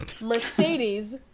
Mercedes